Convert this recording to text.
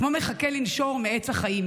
כמו מחכה לנשור מעץ החיים